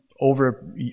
over